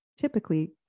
typically